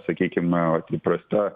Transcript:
sakykime įprasta